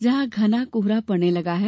जहां घना कोहरा पड़ने लगा है